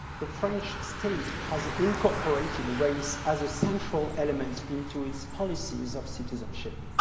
the french state has incorporated race as a central element into its policies of citizenship.